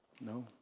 no